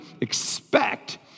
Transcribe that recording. expect